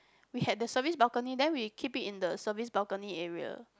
we had the service balcony then we keep it in the service balcony area